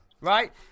Right